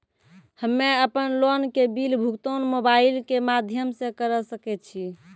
हम्मे अपन लोन के बिल भुगतान मोबाइल के माध्यम से करऽ सके छी?